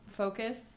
Focus